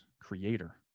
creator